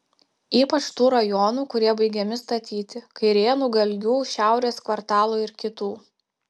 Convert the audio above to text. ypač tų rajonų kurie baigiami statyti kairėnų galgių šiaurės kvartalo ir kitų